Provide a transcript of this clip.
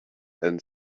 and